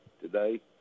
today